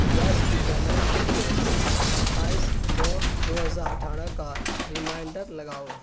gas کی payment کے لیے ستائیس نو دو ہزار اٹھارہ کا ریمائنڈر لگاؤ